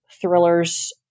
thrillers